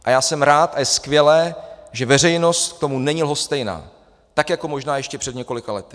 A já jsem rád a je skvělé, že veřejnost k tomu není lhostejná, tak jako možná ještě před několika lety.